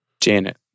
Janet